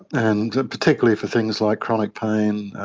and particularly for things like chronic pain,